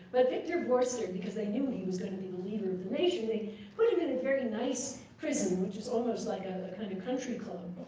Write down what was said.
but victor verster because they knew he was going to leader of the nation, they put him in a very nice prison, which is almost like a kind of country club.